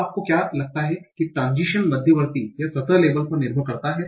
अब आपको क्या लगता है कि ट्रांसिशन मध्यवर्ती या सतह लेबल पर निर्भर करता है